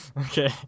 Okay